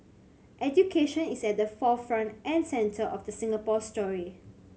education is at the forefront and centre of the Singapore story